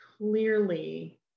Clearly